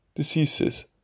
diseases